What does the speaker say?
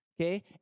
Okay